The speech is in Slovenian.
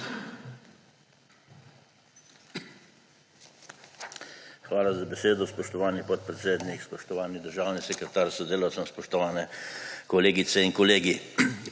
Hvala za besedo, spoštovani podpredsednik. Spoštovani državni sekretar s sodelavcem, spoštovane kolegice in kolegi!